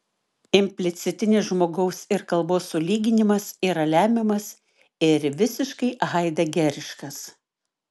implicitinis žmogaus ir kalbos sulyginimas yra lemiamas ir visiškai haidegeriškas